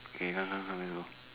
okay come come come let's go